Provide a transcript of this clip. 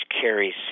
carries